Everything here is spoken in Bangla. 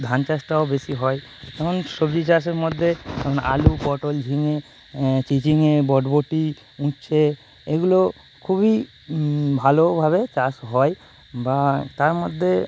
ধান চাষটাও বেশি হয় যেমন সবজি চাষের মধ্যে যেমন আলু পটল ঝিঙে চিচিঙ্গে বরবটি উচ্ছে এগুলো খুবই ভালোভাবে চাষ হয় বা তার মধ্যে